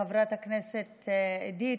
חברת הכנסת עידית,